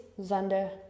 Zander